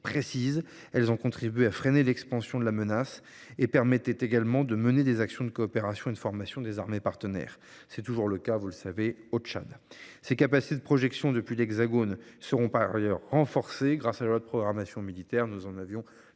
précises. Elles ont contribué à freiner l’expansion de la menace et menaient des actions de coopération et de formation des armées partenaires. C’est toujours le cas au Tchad. Ces capacités de projection depuis l’Hexagone seront par ailleurs renforcées grâce à la loi de programmation militaire. Nous en avons